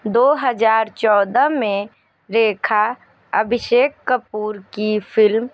दो हज़ार चौदह में रेखा अभिषेक कपूर की फ़िल्म